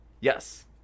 Yes